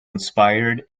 inspired